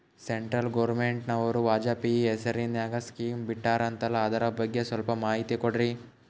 Central ಗವರ್ನಮೆಂಟನವರು ವಾಜಪೇಯಿ ಹೇಸಿರಿನಾಗ್ಯಾ scheme ಬಿಟ್ಟಾರಂತಲ್ಲ ಅದರ ಬಗ್ಗೆ ಸ್ವಲ್ಪ ಮಾಹಿತಿ ಕೊಡ್ರಿ?